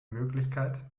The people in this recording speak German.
möglichkeit